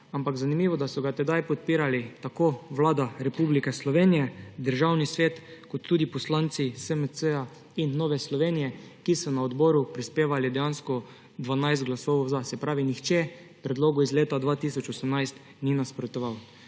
Ampak zanimivo, da so ga tedaj podpirali tako Vlada Republike Slovenije, Državni svet kot tudi poslanci SMC in Nove Slovenije, ki so na odboru prispevali dejansko 12 glasov »za«. Se pravi, nihče predlogu iz leta 2018 ni nasprotoval.